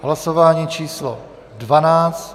Hlasování číslo 12.